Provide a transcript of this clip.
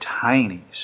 tiny